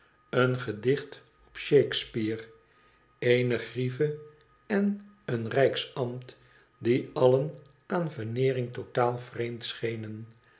een gedicht op shakespeare eene gnevé en een rijksambt die allen aan veneering totaal vreemd schenen